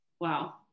Wow